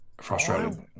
frustrated